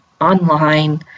online